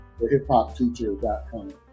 thehiphopteacher.com